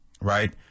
right